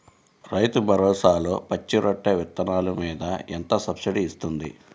రైతు భరోసాలో పచ్చి రొట్టె విత్తనాలు మీద ఎంత సబ్సిడీ ఇస్తుంది?